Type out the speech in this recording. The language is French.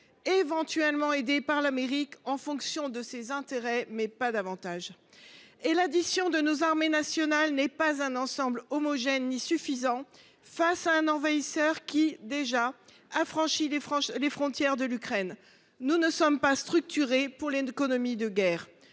compter sur l’aide de l’Amérique en fonction de ses intérêts, mais pas davantage… Or l’addition de nos armées nationales n’est pas un ensemble homogène ni suffisant face à un envahisseur qui, déjà, a franchi les frontières de l’Ukraine. L’économie de la France n’est pas structurée pour affronter la guerre.